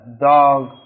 dog